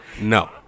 No